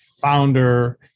founder